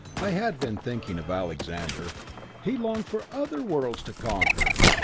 i had been thinking of alexander he longed for other worlds to conquer!